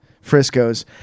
Frisco's